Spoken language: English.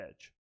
edge